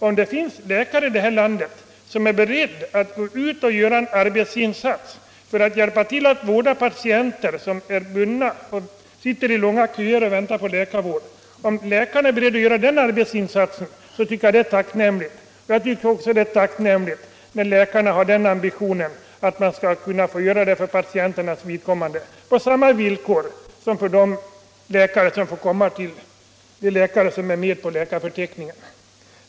Om det finns läkare i det här landet som är beredda att gå ut och göra en arbetsinsats för att hjälpa patienter som sitter i långa köer och väntar på läkarvård, tycker jag att det är tacknämligt. Det är också tacknämligt när läkare har den ambitionen att de skall kunna få göra detta för patienterna på samma villkor som de läkare som är med på läkarförteckningen.